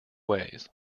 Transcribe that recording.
ways